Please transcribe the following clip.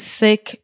sick